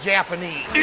Japanese